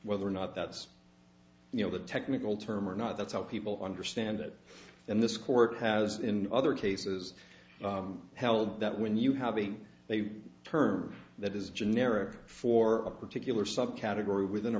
whether or not that's you know the technical term or not that's how people understand it and this court has in other cases held that when you having a term that is generic for a particular subcategory within a